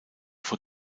vor